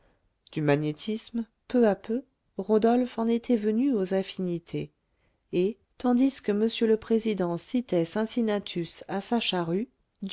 du magnétisme peu à peu rodolphe en était venu aux affinités et tandis que m le président citait cincinnatus à sa charrue